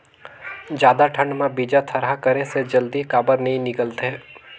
जादा ठंडा म बीजा थरहा करे से जल्दी काबर नी निकलथे?